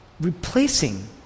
replacing